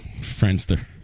Friendster